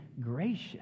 gracious